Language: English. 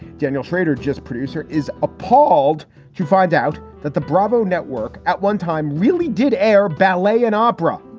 daniel shrader, just producer, is appalled to find out that the bravo network at one time really did air, ballet and opera.